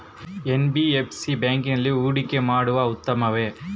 NBFC ಬ್ಯಾಂಕಿನಲ್ಲಿ ಹೂಡಿಕೆ ಮಾಡುವುದು ಉತ್ತಮವೆ?